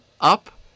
up